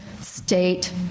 state